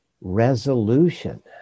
resolution